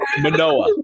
Manoa